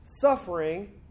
Suffering